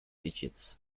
digits